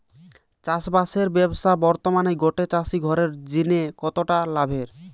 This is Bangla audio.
চাষবাসের ব্যাবসা বর্তমানে গটে চাষি ঘরের জিনে কতটা লাভের?